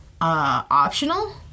optional